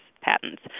patents